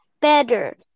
better